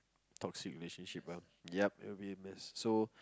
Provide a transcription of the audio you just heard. toxic relationship well ya it will be in this